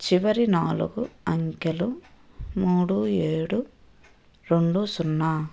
చివరి నాలుగు అంకెలు మూడు ఏడు రెండు సున్నా